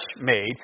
made